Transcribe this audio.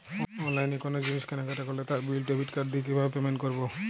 অনলাইনে কোনো জিনিস কেনাকাটা করলে তার বিল ডেবিট কার্ড দিয়ে কিভাবে পেমেন্ট করবো?